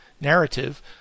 narrative